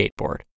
skateboard